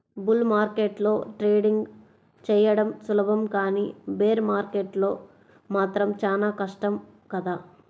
bull మార్కెట్లో trading చెయ్యడం సులభం కానీ బేర్ మార్కెట్లో మాత్రం చానా కష్టం కదా